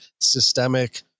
systemic